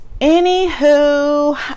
anywho